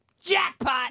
jackpot